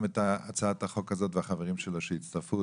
את הצעת החוק הזאת ולחברים שהצטרפו.